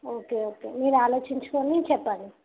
okay okay మీరు ఆలోచించుకొని చెప్పండి